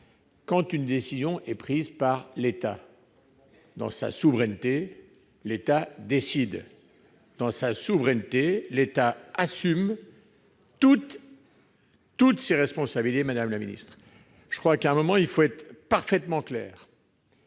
Une décision est prise par l'État. Dans sa souveraineté, l'État décide ; dans sa souveraineté, l'État assume toutes ses responsabilités, madame la ministre ! À un moment, il faut être parfaitement clair.